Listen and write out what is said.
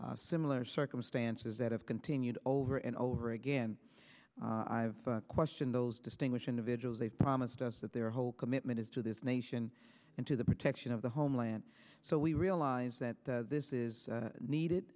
had similar circumstances that have continued over and over again i've questioned those distinguish individuals they've promised us that their whole commitment is to this nation and to the protection of the homeland so we realize that this is needed